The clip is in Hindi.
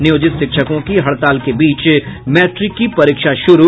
नियोजित शिक्षकों की हड़ताल के बीच मैट्रिक की परीक्षा शुरू